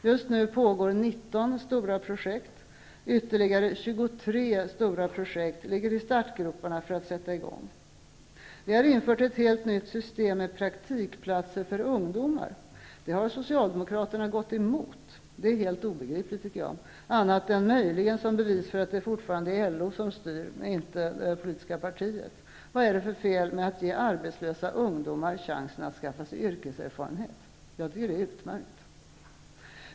Just nu pågår 19 stora projekt. Ytterligare 23 stora projekt ligger i startgroparna. Vi har infört ett helt nytt system med praktikplatser för ungdomar. Det har Socialdemokraterna gått emot! Det är helt obegripligt, annat än möjligen som bevis för att det fortfarande är LO som styr och inte det politiska partiet. Vad är det för fel på att ge arbetslösa ungdomar chansen att skaffa sig yrkeserfarenhet? Jag tycker att det är utmärkt.